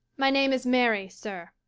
my name is mary, sir.